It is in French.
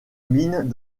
mines